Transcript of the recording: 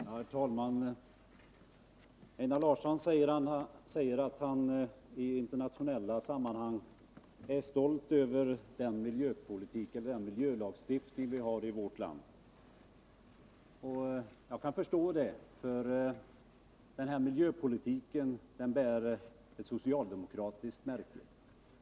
Herr talman! Einar Larsson säger att han i internationella sammanhang är stolt över den miljöpolitik och den miljölagstiftning som vi har i vårt land. Och jag kan förstå det, för miljöpolitiken bär ett socialdemokratiskt märke.